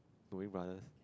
Knowing-Brothers